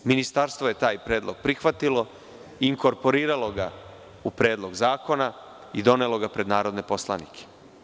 Ministarstvo je taj predlog prihvatilo i inkorporiraloga u Predlog zakona i donelo ga pred narodne poslanike.